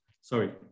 Sorry